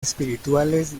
espirituales